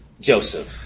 joseph